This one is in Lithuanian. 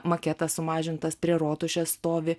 maketas sumažintas prie rotušės stovi